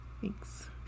Thanks